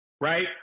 right